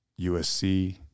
USC